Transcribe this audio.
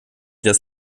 das